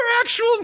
actual